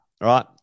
Right